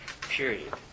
period